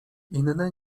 inne